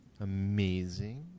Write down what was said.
Amazing